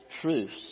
truths